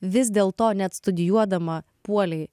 vis dėlto net studijuodama puolei